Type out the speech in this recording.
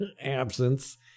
absence